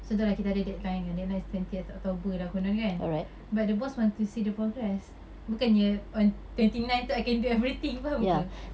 so tahu lah kita ada deadline kan deadline is twentieth october lah konon kan but the boss want to see the progress bukannya on twenty nine tu I can do everything faham ke